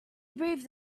breathed